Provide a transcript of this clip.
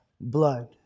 blood